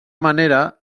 manera